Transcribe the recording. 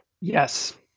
Yes